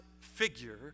figure